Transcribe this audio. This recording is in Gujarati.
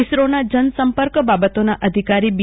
ઈસરોના જન સંપર્ક બાબતોના અધિકારી બી